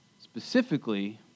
specifically